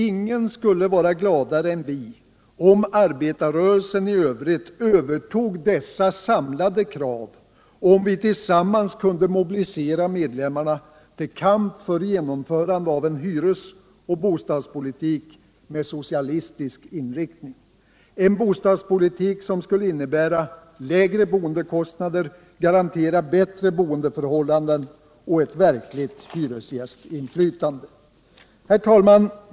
Ingen skulle vara gladare än vi om arbetarrörelsen i övrigt övertog dessa samlade krav och om vi tillsammans kunde mobilisera medlemmarna till kamp för genomförande av en hyres och bostadspolitik med socialistisk inriktning — en bostadspolitik som skulle innebära lägre boendekostnader samt garantera bättre boendeförhållanden och ett verkligt hyresgästinflytande. Herr talman!